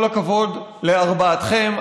כל הכבוד לארבעתכם,